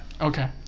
Okay